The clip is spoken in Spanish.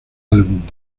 álbum